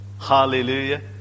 hallelujah